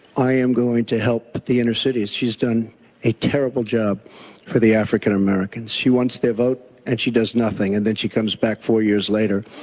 i am going to help the inner cities. she has done a terrible job for the african-americans. she wants their vote and she does nothing. and then she comes back four years later,